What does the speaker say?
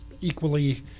equally